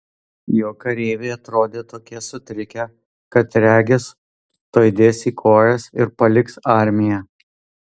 jo kareiviai atrodė tokie sutrikę kad regis tuoj dės į kojas ir paliks armiją